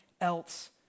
else